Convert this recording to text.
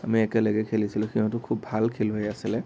আমি একেলগে খেলিছিলোঁ সিহঁতো খুব ভাল খেলুৱৈ আছিলে